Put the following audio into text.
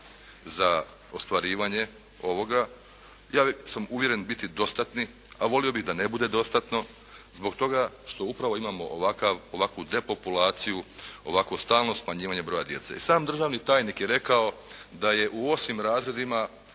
za ostvarivanje ovoga, ja sam uvjeren, biti dostatni, a volio bih da ne bude dostatno zbog toga što upravo imamo ovakvu depopulaciju, ovakvo stalno smanjivanje broja djece. I sam državni tajnik je rekao da je u osmim razredima